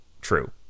true